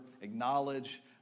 acknowledge